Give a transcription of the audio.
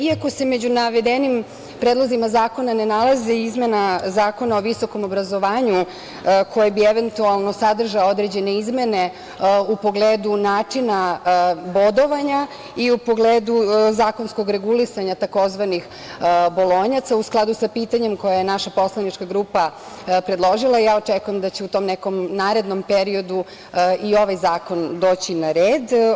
Iako se među navedenim predlozima zakona ne nalazi izmena Zakona o visokom obrazovanju, koji bi eventualno sadržao određene izmene u pogledu načina bodovanja i u pogledu zakonskog regulisanja tzv. „bolonjaca“, a u skladu sa pitanjem koje je naša poslanička grupa predložila, ja očekujem da će u tom nekom narednom periodu i ovaj zakon doći na red.